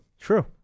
True